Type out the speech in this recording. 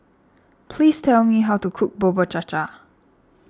please tell me how to cook Bubur Cha Cha